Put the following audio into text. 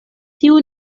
tiu